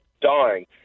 dying